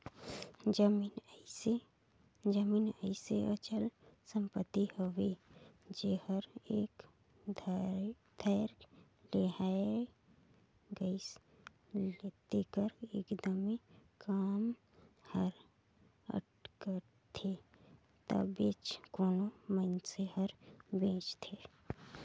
जमीन अइसे अचल संपत्ति हवे जेहर एक धाएर लेहाए गइस तेकर एकदमे काम हर अटकथे तबेच कोनो मइनसे हर बेंचथे